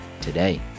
today